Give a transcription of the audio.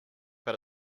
but